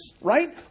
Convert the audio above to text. right